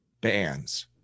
bands